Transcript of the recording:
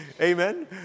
Amen